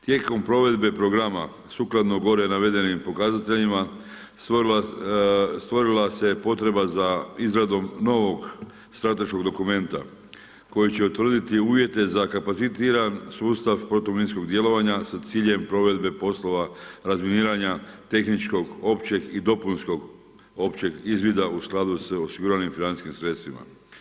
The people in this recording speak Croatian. Tijekom provedbe programa sukladno gore navedenim pokazateljima stvorila se potreba za izradom novog strateškog dokumenta koji će utvrditi uvjete za kapacitiran sustav protuminskog djelovanja sa ciljem provedbe poslova razminiranja tehničkog, općeg i dopunskog općeg izvida u skladu sa osiguranim financijskim sredstvima.